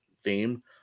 theme